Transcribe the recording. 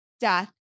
death